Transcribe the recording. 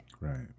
right